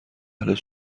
اهل